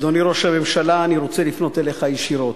אדוני ראש הממשלה, אני רוצה לפנות אליך ישירות.